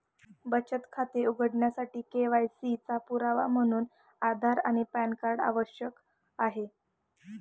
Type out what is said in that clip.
बचत खाते उघडण्यासाठी के.वाय.सी चा पुरावा म्हणून आधार आणि पॅन कार्ड आवश्यक आहे